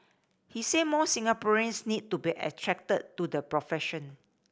he said more Singaporeans need to be attracted to the profession